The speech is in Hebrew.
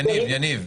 יניב,